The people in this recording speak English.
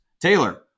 Taylor